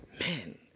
man